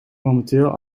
momenteel